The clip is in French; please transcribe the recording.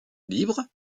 libres